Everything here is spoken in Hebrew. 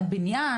בניין,